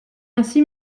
ainsi